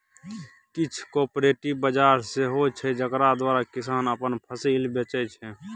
किछ कॉपरेटिव बजार सेहो छै जकरा द्वारा किसान अपन फसिल बेचै छै